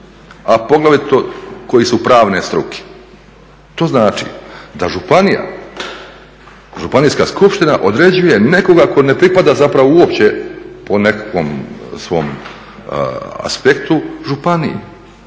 a poglavito koji su pravne struke. To znači da županija, županijska skupština određuje nekoga tko ne pripada zapravo uopće po nekakvom svom aspektu županiji,